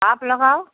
आप लगाओ